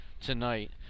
tonight